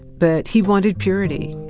but he wanted purity.